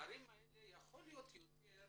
להם יכול להיות שיהיה יותר